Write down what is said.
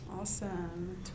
Awesome